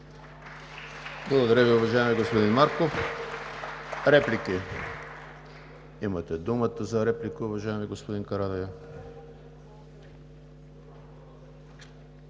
Благодаря Ви, уважаеми господин Марков. Реплики? Имате думата за реплика, уважаеми господин Карадайъ.